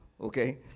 okay